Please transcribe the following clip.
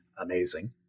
amazing